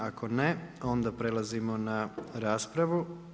Ako ne, onda prelazimo na raspravu.